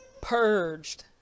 purged